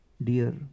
Dear